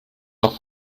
noch